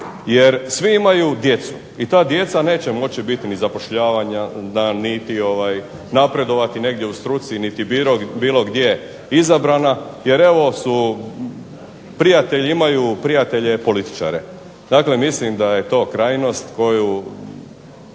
jer svi imaju djecu i ta djeca neće moći biti zapošljavana niti napredovati u negdje u struci niti bilo gdje izabrana, jer imaju prijatelje političare. Dakle, mislim da je to krajnost koju